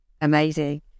amazing